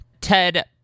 Ted